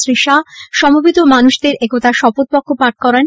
শ্রী শাহ সমবেত মানুষদের একতার শপথবাক্য পাঠ করান